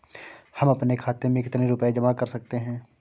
हम अपने खाते में कितनी रूपए जमा कर सकते हैं?